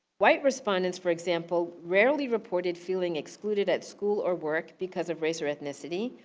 white respondents, for example, rarely reported feeling excluded at school or work because of race or ethnicity.